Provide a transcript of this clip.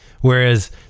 Whereas